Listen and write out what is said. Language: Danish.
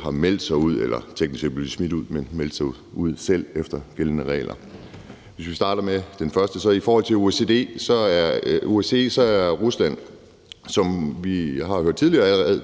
har meldt sig ud – eller teknisk set blev de smidt ud, men de meldte sig selv ud efter gældende regler. Hvis vi starter med den første, OECD, så er Rusland, som vi har hørt tidligere,